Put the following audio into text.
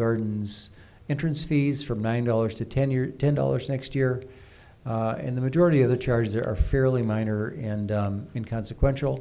gardens entrance fees from nine dollars to ten year ten dollars next year and the majority of the charges are fairly minor and inconsequential